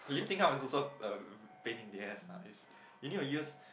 lifting up is also a pain in the ass lah it's you need to use